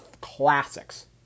classics